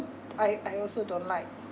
I I also don't like